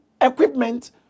equipment